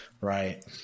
right